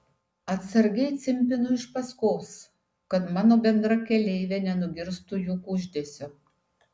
atsargiai cimpinu iš paskos kad mano bendrakeleivė nenugirstų jų kuždesio